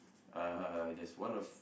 uh there's one of